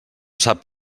sap